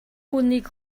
хүнийг